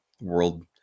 world